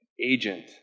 agent